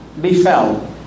befell